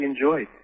enjoyed